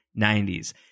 90s